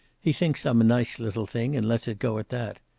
he thinks i'm a nice little thing and lets it go at that.